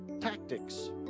tactics